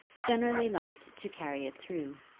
generally liked to carry it through.